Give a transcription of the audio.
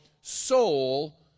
soul